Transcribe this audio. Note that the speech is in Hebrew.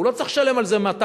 הוא לא צריך לשלם על זה 200,